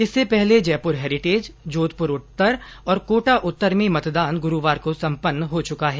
इससे पहले जयपुर हैरिटेज जोधपुर उत्तर और कोटा उत्तर में मतदान गुरूवार को संपन्न हो चुका है